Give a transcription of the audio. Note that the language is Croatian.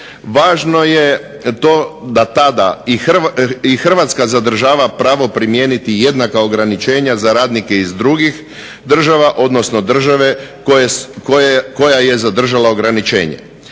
Važno je to da tada i Hrvatska zadržava pravo primijeniti jednaka ograničenja za radnike iz drugih država, odnosno države koja je zadržala ograničenje.